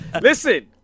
Listen